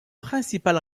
principal